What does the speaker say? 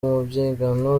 umubyigano